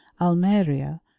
almeria